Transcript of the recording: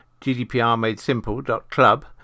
GDPRMadeSimple.club